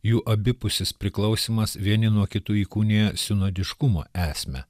jų abipusis priklausymas vieni nuo kitų įkūnija sinodiškumo esmę